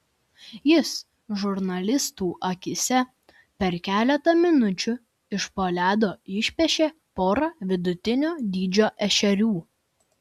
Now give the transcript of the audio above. jis žurnalistų akyse per keletą minučių iš po ledo išpešė porą vidutinio dydžio ešerių